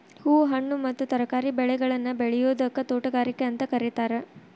ಹೂ, ಹಣ್ಣು ಮತ್ತ ತರಕಾರಿ ಬೆಳೆಗಳನ್ನ ಬೆಳಿಯೋದಕ್ಕ ತೋಟಗಾರಿಕೆ ಅಂತ ಕರೇತಾರ